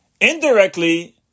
indirectly